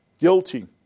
guilty